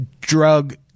drug